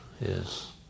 yes